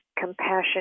compassion